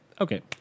okay